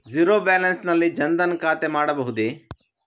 Zero balance ನಲ್ಲಿ ಜನ್ ಧನ್ ಖಾತೆ ಮಾಡಬಹುದೇ?